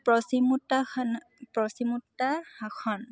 পশ্চিমোত্তানানস